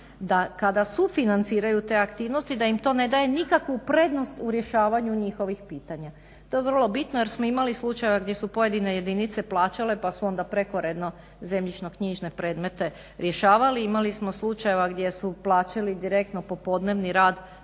da kada sufinanciraju te aktivnosti da im to ne daje nikakvu prednost u rješavanju njihovih pitanja. To je vrlo bitno jer smo imali slučajeva gdje su pojedine jedinice plaćale pa su onda prekoredno zemljišno-knjižne predmete rješavali. Imali smo slučajeva gdje su plaćali direktno popodnevni rad